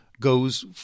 Goes